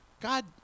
God